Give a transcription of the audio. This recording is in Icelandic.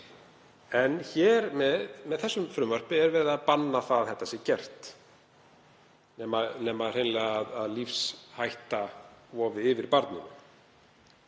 En með þessu frumvarpi er verið að banna að þetta sé gert, nema hreinlega að lífshætta vofi yfir barninu.